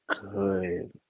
good